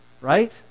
Right